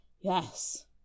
Yes